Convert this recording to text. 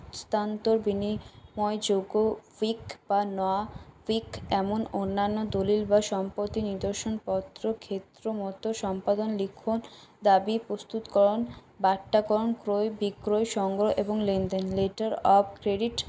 হস্তান্তর বিনিময়যোগ্য উইক বা নয়া উইক এমন অন্যান্য দলিল বা সম্পত্তি নিদর্শন পত্র ক্ষেত্র মতো সম্পাদন লিখন দাবি প্রস্তুতকরণ বাট্টাকরণ ক্রয় বিক্রয় সংগ্রহ এবং লেনদেন লেটার অব ক্রেডিট